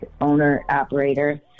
owner-operator